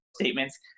statements